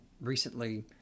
recently